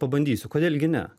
pabandysiu kodėl gi ne